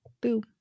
Boom